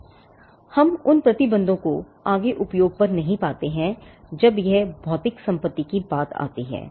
और हम उन प्रतिबंधों को आगे उपयोग पर नहीं पाते हैं जब यह भौतिक संपत्ति की बात आती है